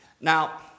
Now